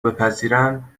بپذیرند